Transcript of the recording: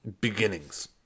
Beginnings